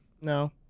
No